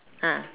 ah